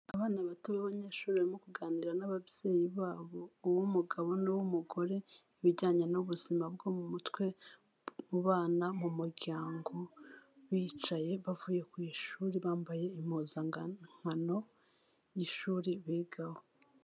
Abana bato b'abanyeshuri barimo kuganira n'ababyeyi babo, uw'umugabo n'uw'umugore ibijyanye n'ubuzima bwo mu mutwe, mu bana, mu muryango bicaye bavuye ku ishuri bambaye impuzankano y'ishuri bigaho.